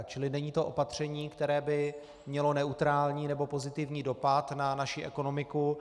Čili není to opatření, které by mělo neutrální nebo pozitivní dopad na naši ekonomiku.